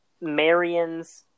Marion's